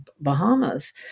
Bahamas